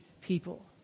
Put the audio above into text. people